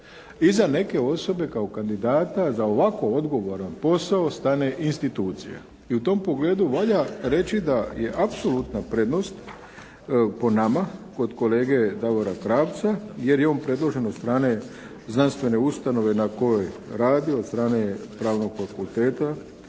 za neke osobe kao kandidata za ovako odgovoran posao stane institucija. I u tom pogledu valja reći da je apsolutna prednost po nama kod kolege Davora Krapca jer je on predložen od strane znanstvene ustanove na kojoj radi, od strane Pravnog fakulteta